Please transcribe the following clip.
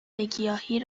گیاهی